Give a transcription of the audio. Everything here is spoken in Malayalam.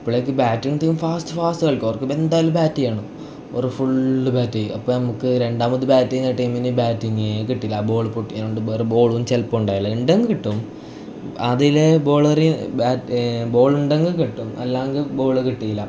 അപ്പോളേക്കും ബാറ്റും തേ ഫാസ്റ്റ് ഫാസ്റ്റ് ആൾക്കാർക്ക് എന്തായാലും ബാറ്റ് ചെയ്യണം അവർ ഫുൾ ബാറ്റ് ചെയ്യും അപ്പം നമുക്ക് രണ്ടാമത് ബാറ്റ് ചെയ്യുന്ന ടീമിന് ബാറ്റിങ്ങേ കിട്ടില്ല ആ ബോൾ പൊട്ടിയതുകൊണ്ട് വേറെ ബോളും ചിലപ്പം ഉണ്ടായില്ല ഉണ്ടെങ്കിൽ കിട്ടും ആദ്യം എല്ലാം ബോൾ എറിയുക ബാറ്റ് ബോൾ ഉണ്ടെങ്കിൽ കിട്ടും അല്ലെങ്കിൽ ബോൾ കിട്ടില്ല